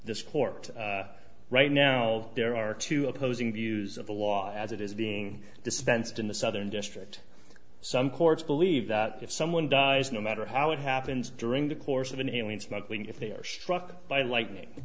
this court right now there are two opposing views of the law as it is being dispensed in the southern district some courts believe that if someone dies no matter how it happened during the course of an alien smuggling if they are structured by lightning